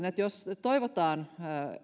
että kun toivotaan